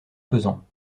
pesant